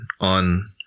on